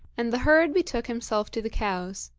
and the herd betook himself to the cows.